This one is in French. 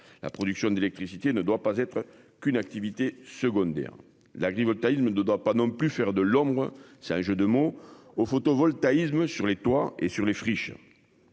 la production d'électricité ne doit être qu'une activité secondaire. L'agrivoltaïsme ne doit pas non plus faire de l'ombre au photovoltaïque sur les toits et sur les friches.